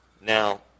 Now